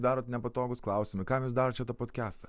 darot nepatogūs klausimai kam jūs darot čia tą podkestą